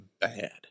bad